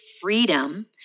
freedom